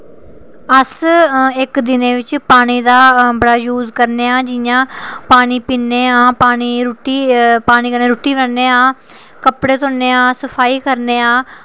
अस इक्क दिनें च पानी दा बड़ा यूज़ करने आं जि'यां पानी पीने आं पानी कन्नै रुट्टी खन्ने आं कपड़े धोने आं सफाई करने आं